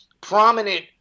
prominent